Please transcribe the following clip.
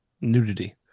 nudity